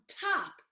top